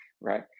right